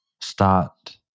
start